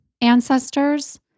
ancestors